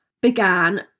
began